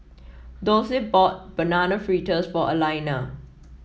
Dulce bought Banana Fritters for Alaina